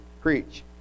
preach